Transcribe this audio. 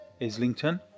Islington